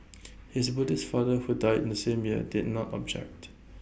his Buddhist father who died in the same year did not object